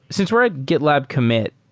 since we're at gitlab commit,